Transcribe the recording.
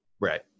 right